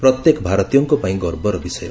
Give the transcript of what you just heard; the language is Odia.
ପ୍ରତ୍ୟେକ ଭାରତୀୟଙ୍କ ପାଇଁ ଗର୍ବର ବିଷୟ